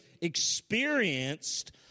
experienced